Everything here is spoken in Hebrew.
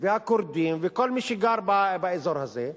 והכורדים וכל מי שגר באזור הזה,